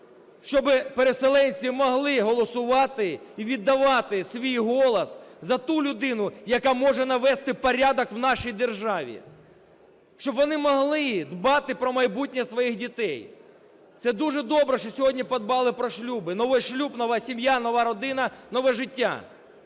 Щоби переселенці могли голосувати і віддавати свій голос за ту людину, яка може навести порядок в нашій державі. Щоб вони могли дбати про майбутнє своїх дітей. Це дуже добре, що сьогодні подбали про шлюби. Новий шлюб – новасім'я, нова родина, нове життя.